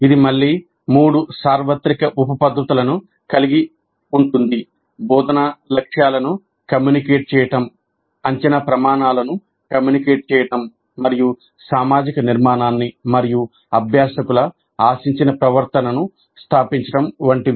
ఇది మళ్ళీ మూడు సార్వత్రిక ఉప పద్ధతులను కలిగి ఉంది బోధనా లక్ష్యాలను కమ్యూనికేట్ చేయటం అంచనా ప్రమాణాలను కమ్యూనికేట్ చేయటం మరియు సామాజిక నిర్మాణాన్ని మరియు అభ్యాసకుల ఆశించిన ప్రవర్తనను స్థాపించటం వంటివి